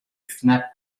fnap